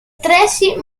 tracy